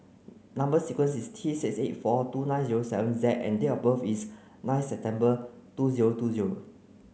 number sequence is T six eight four two nine zero seven Z and date of birth is nine September two zero two zero